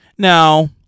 Now